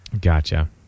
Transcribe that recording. gotcha